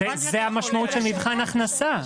זה המשמעות של מבחן הכנסה.